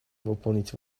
выполнить